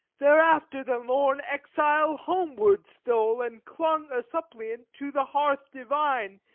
thereafter, the lorn exile homeward stole and clung a suppliant to the hearth divine,